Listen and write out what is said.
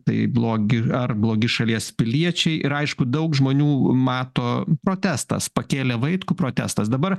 tai blogi ar blogi šalies piliečiai ir aišku daug žmonių mato protestas pakėlė vaitkų protestas dabar